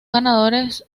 ganadores